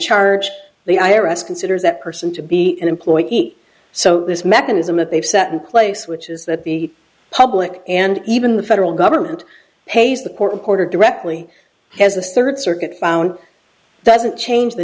charge the i r s considers that person to be an employee eat so this mechanism that they've set in place which is that the public and even the federal government pays the court reporter directly has the third circuit found doesn't change the